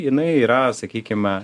jinai yra sakykime